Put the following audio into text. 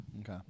okay